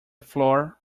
floor